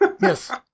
Yes